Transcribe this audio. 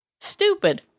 Stupid